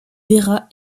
vera